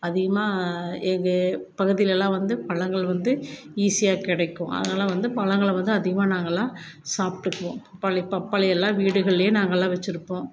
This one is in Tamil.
அதிகமாக எங்கள் பக்கத்துலெலாம் வந்து பழங்கள் வந்து ஈஸியாக கிடைக்கும் அதனால் வந்து பழங்களை வந்து அதிகமாக நாங்கள்லாம் சாப்பிட்டுக்குவோம் பப்பாளி பப்பாளி எல்லாம் வீடுகளில் நாங்கலாம் வச்சிருப்போம்